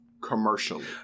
commercially